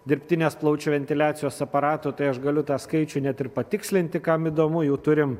dirbtinės plaučių ventiliacijos aparatų tai aš galiu tą skaičių net ir patikslinti kam įdomu jų turim